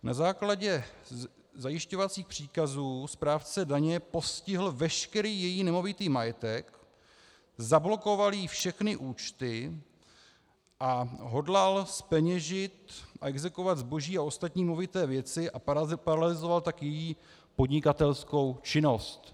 Na základě zajišťovacích příkazů správce daně postihl veškerý její nemovitý majetek, zablokoval jí všechny účty a hodlal zpeněžit a exekuovat zboží a ostatní movité věci, a paralyzoval tak její podnikatelskou činnost.